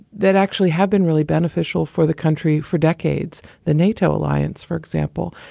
that actually have been really beneficial for the country for decades. the nato alliance, for example.